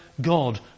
God